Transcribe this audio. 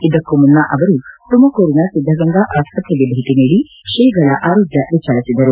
ಇದಕ್ಕೂ ಮುನ್ನ ಅವರು ತುಮಕೂರಿನ ಸಿದ್ದಗಂಗಾ ಆಸ್ಪತ್ರೆಗೆ ಭೇಟ ನೀಡಿ ಶ್ರೀಗಳ ಆರೋಗ್ಯ ವಿಚಾರಿಸಿದರು